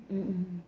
mm mm